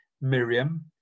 miriam